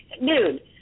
nude